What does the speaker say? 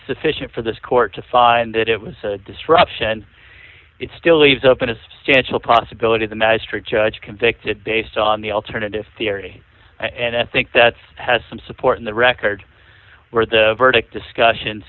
sufficient for this court to find that it was a disruption it still leaves open its stansell possibility the magistrate judge convicted based on the alternative theory and i think that has some support in the record where the verdict discussion